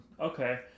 Okay